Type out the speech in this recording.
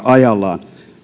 ajallaan